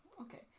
Okay